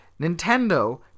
Nintendo